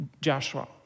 Joshua